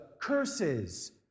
curses